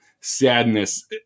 sadness